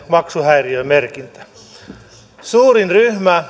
maksuhäiriömerkintä suurin ryhmä